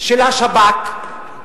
של השב"כ,